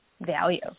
value